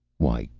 why,